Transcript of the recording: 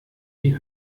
die